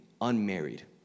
unmarried